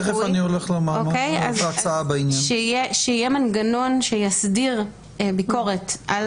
שיהיה מנגנון שיסדיר ביקורת.